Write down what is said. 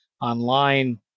online